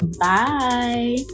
Bye